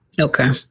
Okay